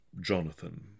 Jonathan